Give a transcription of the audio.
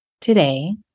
today